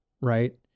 right